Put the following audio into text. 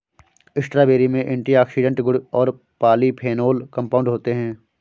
strawberry में antioxidant गुण और पॉलीफेनोल कंपाउंड होते हैं